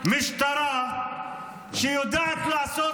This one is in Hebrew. אנחנו גם צריכים משטרה שיודעת לעשות